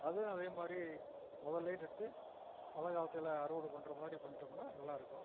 அதுவும் அதே மாதிரி முதல்லே நட்டு மழை காலத்தில் அறுவடை பண்ணுற மாதிரி பண்ணிட்டோம்னா நல்லா இருக்கும்